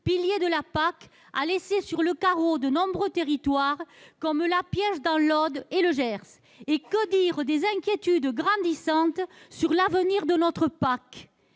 agricole commune, a laissé sur le carreau de nombreux territoires, comme la Piège, dans l'Aude, ou encore le Gers. Et que dire des inquiétudes grandissantes sur l'avenir de notre PAC ?